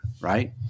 right